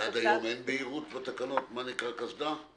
ועד היום אין בהירות בתקנות מה נקרא קסדה?